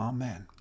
Amen